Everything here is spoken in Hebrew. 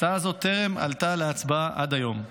הצעה זו טרם עלתה להצבעה עד היום.